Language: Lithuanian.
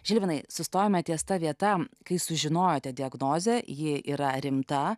žilvinai sustojome ties ta vieta kai sužinojote diagnozę ji yra rimta